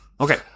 Okay